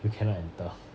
you cannot enter